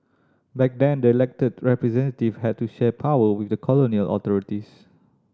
back then the elected representative had to share power with the colonial authorities